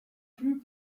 plus